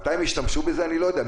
מתי הם השתמשו בזה אני לא יודע.